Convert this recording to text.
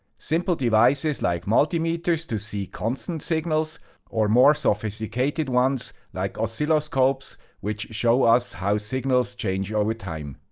simple devices like multimeters to see constant signals or more sophisticated ones like oscilloscopes which show us how signals change over time.